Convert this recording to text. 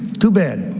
too bad.